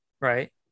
Right